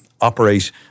operate